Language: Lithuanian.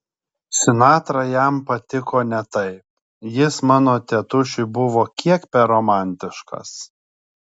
sinatra jam patiko ne taip jis mano tėtušiui buvo kiek per romantiškas